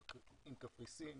על קפריסין,